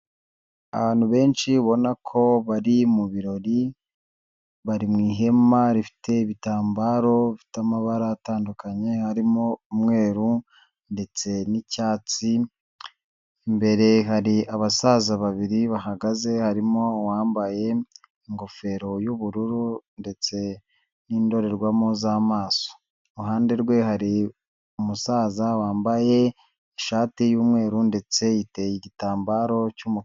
Abantu benshi ubona ko bari mu birori, bari mu ihema rifite ibitambaro bifite amabara atandukanye, harimo umweru ndetse n'icyatsi, imbere hari abasaza babiri bahagaze harimo uwambaye ingofero y'ubururu, ndetse n'indorerwamo z'amaso, iruhande rwe hari umusaza wambaye ishati y'umweru, ndetse yiteye igitambaro cy'umuhondo.